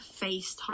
facetime